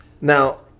Now